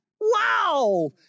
wow